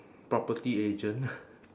property agent